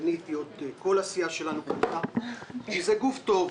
קניתי וכל הסיעה שלנו קנתה, כי זה גוף טוב.